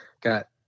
got